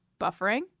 buffering